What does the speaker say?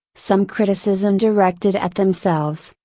some criticism directed at themselves,